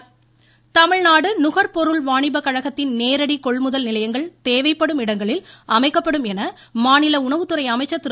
காமராஜ் தமிழ்நாடு நுகர்பொருள் வாணிபக்கழகத்தின் நேரடி கொள்முதல் நிலையங்கள் தேவைப்படும் இடங்களில் அமைக்கப்படும் என மாநில உணவுத்துறை அமைச்சர் திரு